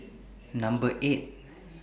Number eight